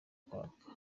kwaka